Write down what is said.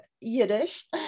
Yiddish